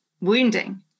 wounding